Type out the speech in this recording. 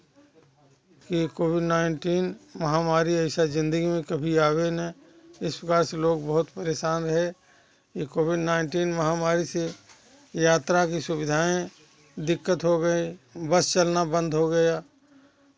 कि COVID nineteen महामारी ऐसा जिंदगी में कभी आए ना इस प्रकार से लोग बहुत परेशान रहे यह कोविड नाइनटीन महामारी से यात्रा की सुविधाएँ दिक्कत हो गई बस चलना बंद हो गया